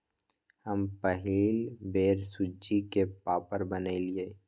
हम पहिल बेर सूज्ज़ी के पापड़ बनलियइ